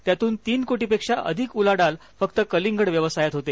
त्यातून तीन कोटींपेक्षा अधिक उलाढाल फक्त कलिंगड व्यवसायात होते